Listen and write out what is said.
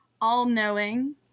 all-knowing